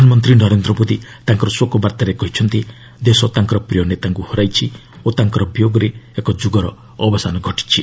ପ୍ରଧାନମନ୍ତ୍ରୀ ନରେନ୍ଦ୍ର ମୋଦି ତାଙ୍କର ଶୋକ ବାର୍ଭାରେ କହିଛନ୍ତି ଦେଶ ତାଙ୍କର ପ୍ରିୟ ନେତାଙ୍କୁ ହରାଇଛି ଓ ତାଙ୍କର ବିୟୋଗରେ ଏକ ଯୁଗର ଅବସାନ ଘଟିଛି